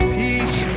peace